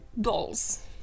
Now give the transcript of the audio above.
dolls